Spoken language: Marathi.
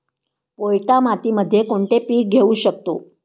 पोयटा मातीमध्ये कोणते पीक घेऊ शकतो?